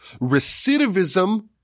Recidivism